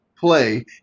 play